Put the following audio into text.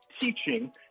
teaching